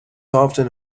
often